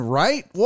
right